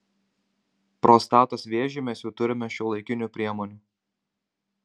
prostatos vėžiui mes jau turime šiuolaikinių priemonių